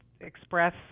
express